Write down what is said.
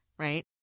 Right